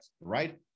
right